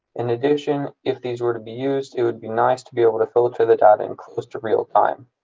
in addition, if these were to be used, it would be nice to be able to filter the data in close to real time.